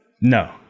No